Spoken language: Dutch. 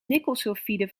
nikkelsulfide